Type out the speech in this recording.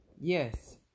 yes